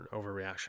overreaction